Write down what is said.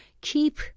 keep